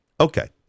Okay